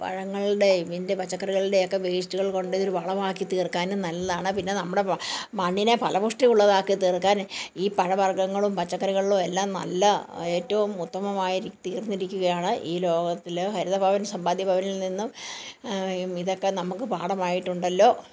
പഴങ്ങളുടെയും എൻ്റെ പച്ചക്കറികളുടെയൊക്കെ വേസ്റ്റുകൾ കൊണ്ട് ഇതൊരു വളമാക്കി തീർക്കാനും നല്ലതാണ് പിന്നെ നമ്മുടെ മണ്ണിനെ ഫലപുഷ്ടി ഉള്ളതാക്കി തീർക്കാൻ ഈ പഴവർഗ്ഗങ്ങളും പച്ചക്കറികളിലും എല്ലാം നല്ല ഏറ്റവും നല്ല ഉത്തമമായ രീതിയിൽ തീർന്നിരിക്കുകയാണ് ഈ ലോകത്തിൽ ഹരിത ഭവൻ സമ്പാദ്യ ഭവനിൽ നിന്നും ഇതൊക്കെ നമുക്ക് പാഠമായിട്ടുണ്ടല്ലോ